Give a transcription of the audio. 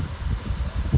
that one like loft